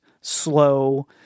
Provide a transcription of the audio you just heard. slow